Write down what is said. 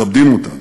מכבדים אותנו.